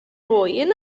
mwyn